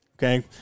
Okay